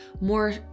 more